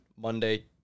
Monday